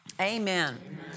Amen